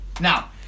Now